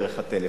דרך הטלפון.